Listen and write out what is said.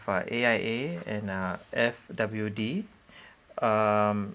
for A_I_A and ah F_W_D um